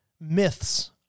myths